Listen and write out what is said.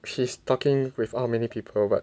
she's talking with how many people but